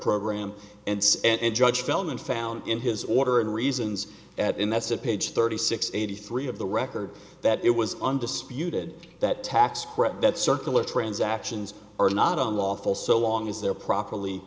program and and judge feldman found in his order and reasons at in that's a page thirty six eighty three of the record that it was undisputed that tax credit that circular transactions are not unlawful so long as they're properly